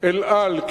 אל על,